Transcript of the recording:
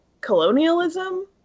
colonialism